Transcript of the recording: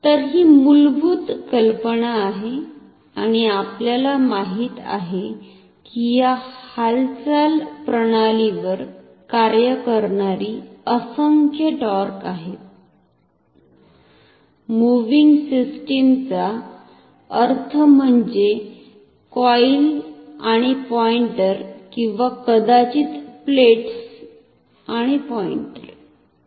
तर ही मूलभूत कल्पना आहे आणि आपल्याला माहिती आहे की या हालचाल प्रणालीवर कार्य करणारी असंख्य टॉर्क आहेत मूव्हिंग सिस्टीमचा अर्थ म्हणजे कॉईल आणि पॉईंटर किंवा कदाचित प्लेट्स आणि पॉईंटर